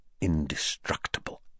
indestructible